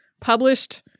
published